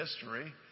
History